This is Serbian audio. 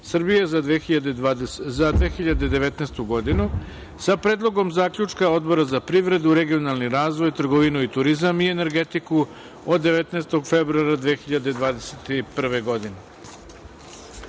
Srbije za 2019. godinu, sa Predlogom zaključka Odbora za privredu, regionalni razvoj, trgovinu, turizam i energetiku, od 19. februara 2021. godine. Dajem